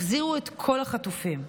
החזירו את כל החטופים.